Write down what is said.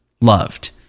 loved